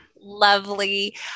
lovely